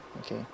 Okay